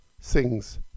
sings